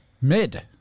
mid